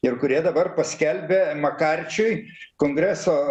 ir kurie dabar paskelbė makarčiui kongreso